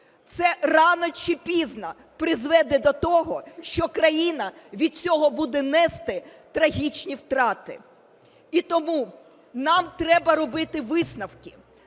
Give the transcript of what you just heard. це рано чи пізно призведе до того, що країна від цього буде нести трагічні втрати. І тому нам треба робити висновки.